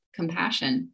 compassion